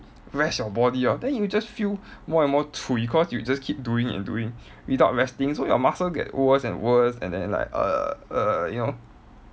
rest your body ah then you just feel more and more cui cause you just keep doing and doing without resting so your muscle get worse and worse and then like err err you know